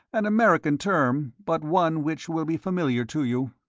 an american term, but one which will be familiar to you.